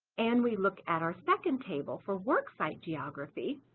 and we look at our second table for worksite geography,